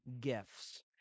gifts